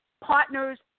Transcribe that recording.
partners